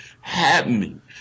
happening